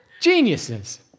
geniuses